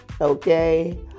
Okay